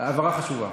הבהרה חשובה.